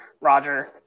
Roger